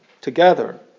Together